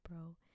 bro